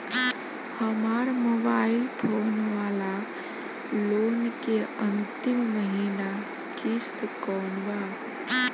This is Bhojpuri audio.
हमार मोबाइल फोन वाला लोन के अंतिम महिना किश्त कौन बा?